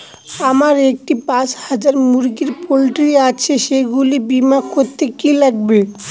আমার একটি পাঁচ হাজার মুরগির পোলট্রি আছে সেগুলি বীমা করতে কি লাগবে?